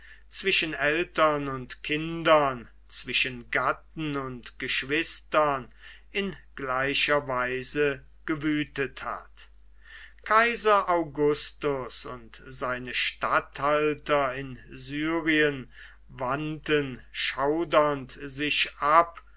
zwischen eltern und kindern zwischen gatten und geschwistern in gleicher weise gewütet hat kaiser augustus und seine statthalter in syrien wandten schaudernd sich ab